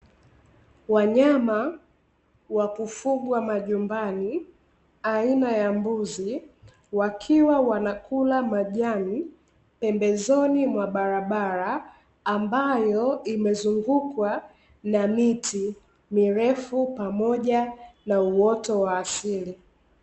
Wanyama wa kufugwa majumbani, aina ya mbuzi wakiwa wanakula majani, pembezoni mwa barabara, ambayo imezungukwa na miti mirefu pamoja na uoto wa asili.